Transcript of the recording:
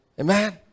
amen